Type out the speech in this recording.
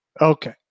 Okay